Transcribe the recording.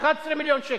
11 מיליון שקל,